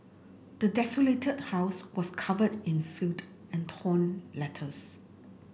the desolated house was covered in filth and torn letters